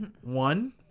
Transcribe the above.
One